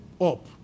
up